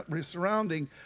surrounding